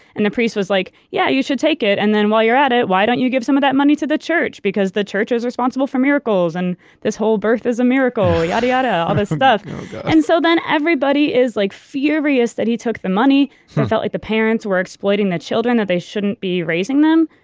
and the priest was like, yeah, you should take it. and then while you're at it, why don't you give some of that money to the church because the church is responsible for miracles and this whole birth is a miracle. yada, yada, all this stuff oh, god and so then everybody is like furious that he took the money. it felt like the parents were exploiting the children that they shouldn't be raising them.